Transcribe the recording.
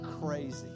crazy